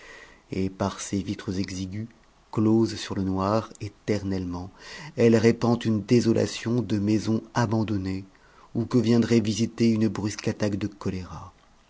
et par ses vitres exiguës closes sur le noir éternellement elle répand une désolation de maison abandonnée ou que viendrait visiter une brusque attaque de choléra